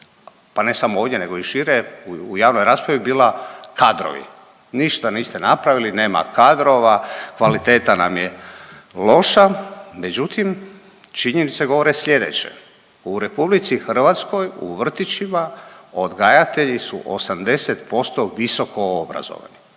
pa ne samo ovdje nego i šire u javnoj raspravi je bila kadrovi. Ništa niste napravili, nema kadrova, kvaliteta nam je loša. Međutim, činjenice govore slijedeće. U RH u vrtićima odgajatelji su 80% visokoobrazovani.